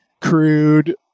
crude